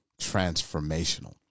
transformational